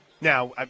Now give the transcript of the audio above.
Now